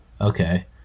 Okay